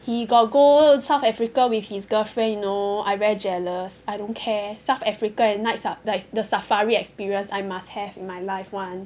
he got go South Africa with his girlfriend you know I very jealous I don't care South Africa and night saf~ like the safari experience I must have in my life [one]